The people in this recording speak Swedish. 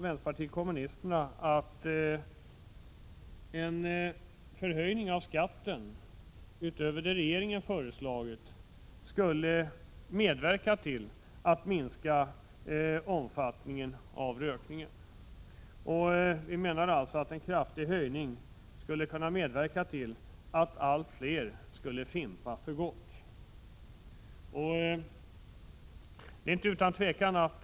Vänsterpartiet kommunisterna anser att en höjning av tobaksskatten utöver den av regeringen föreslagna höjningen kommer att medverka till att minska omfattningen av rökningen. Det betyder allstå att allt fler kommer att Prot. 1986/87:51 fimpa för gott. Det blir utan tvivel fallet.